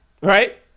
right